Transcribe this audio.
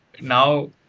now